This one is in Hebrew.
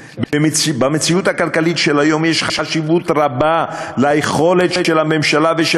במציאות הכלכלית של היום יש חשיבות רבה ליכולת של הממשלה ושל